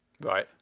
Right